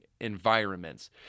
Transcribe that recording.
environments